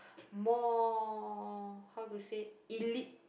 more how to say elite